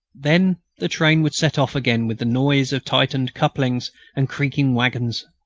then the train would set off again with a noise of tightened couplings and creaking waggons.